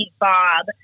bob